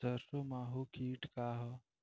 सरसो माहु किट का ह?